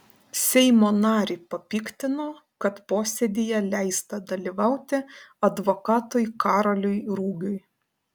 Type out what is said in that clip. seimo narį papiktino kad posėdyje leista dalyvauti advokatui karoliui rugiui